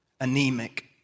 anemic